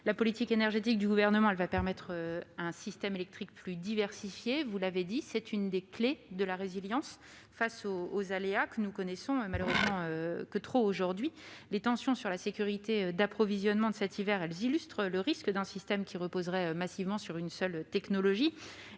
La politique énergétique du Gouvernement permettra un système électrique plus diversifié. C'est une des clés de la résilience face aux aléas que nous ne connaissons malheureusement que trop aujourd'hui. Les tensions sur la sécurité d'approvisionnement de cet hiver illustrent le risque d'un système qui reposerait massivement sur une seule technologie.